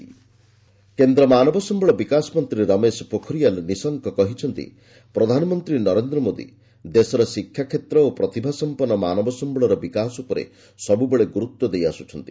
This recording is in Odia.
ପୋଖରିଆଲ୍ ଏଚ୍ଆର୍ଡି କେନ୍ଦ୍ର ମାନବ ସମ୍ଭଳ ବିକାଶ ମନ୍ତ୍ରୀ ରମେଶ ପୋଖରିଆଲ୍ ନିଶଙ୍କ କହିଛନ୍ତି ପ୍ରଧାନମନ୍ତ୍ରୀ ନରେନ୍ଦ୍ର ମୋଦି ଦେଶର ଶିକ୍ଷାକ୍ଷେତ୍ର ଓ ପ୍ରତିଭାସମ୍ପନ୍ନ ମାନବ ସମ୍ପଳର ବିକାଶ ଉପରେ ସବୁବେଳେ ଗୁରୁତ୍ୱ ଦେଇଆସୁଛନ୍ତି